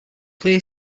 play